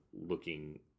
looking